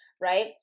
right